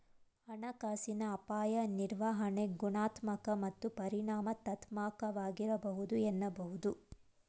ಹಣಕಾಸಿನ ಅಪಾಯ ನಿರ್ವಹಣೆ ಗುಣಾತ್ಮಕ ಮತ್ತು ಪರಿಮಾಣಾತ್ಮಕವಾಗಿರಬಹುದು ಎನ್ನಬಹುದು